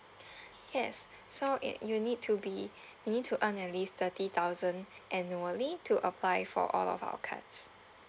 yes so it you need to be you need to earn at least thirty thousand annually to apply for all of our cards